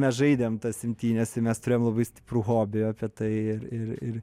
mes žaidėm tas imtynes ir mes turėjom labai stiprų hobi apie tai ir